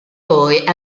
poi